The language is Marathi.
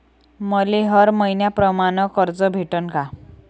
मले हर मईन्याप्रमाणं कर्ज भेटन का?